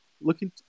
looking